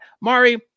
Mari